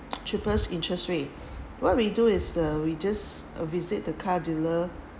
cheapest interest rate what we do is the we just uh visit the car dealer